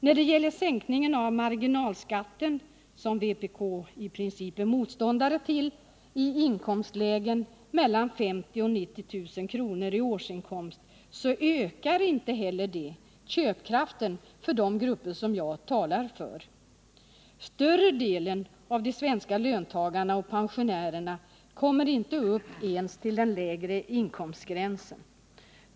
När det gäller sänkningen av marginalskatten — vpk är i princip motståndare till en sådan sänkning — i inkomstlägen mellan 50 000 och 90 000 kr. i årsinkomst vill jag säga att inte heller det ökar köpkraften för de grupper jag talar för. Större delen av de svenska löntagarna och pensionärerna kommer inte upp ens till den lägre inkomstgränsen.